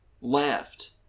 left